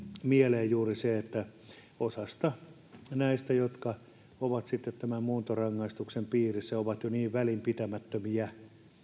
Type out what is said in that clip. mieleen juuri se että osa näistä jotka ovat sitten tämän muuntorangaistuksen piirissä on jo niin välinpitämättömiä